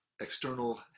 external